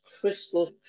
crystal